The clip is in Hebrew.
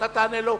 או אתה תענה לו,